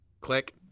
Click